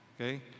Okay